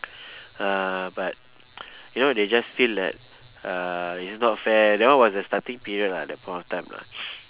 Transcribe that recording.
uh but you know they just feel that uh it's not fair that one was the starting period lah at that point of time lah